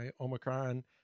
omicron